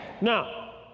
Now